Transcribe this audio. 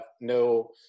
no